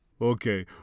Okay